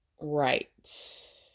Right